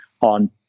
on